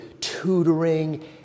tutoring